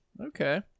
Okay